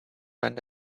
went